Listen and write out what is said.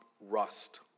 rust